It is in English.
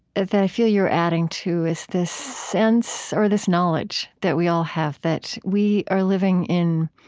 that i feel you're adding to is this sense or this knowledge that we all have that we are living in